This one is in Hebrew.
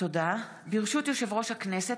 ברשות יושב-ראש הכנסת,